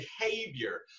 behavior